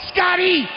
Scotty